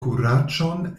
kuraĝon